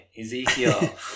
Ezekiel